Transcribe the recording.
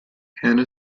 hanna